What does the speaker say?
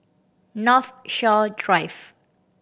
Northshore Drive